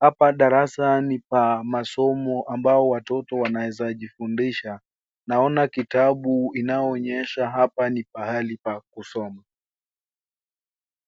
Hapa darasa ni pa masomo ambao watoto wanaeza jifundisha. Naona kitabu inaoonyesha hapa ni pahali pa kusoma.